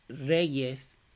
Reyes